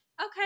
okay